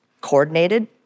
coordinated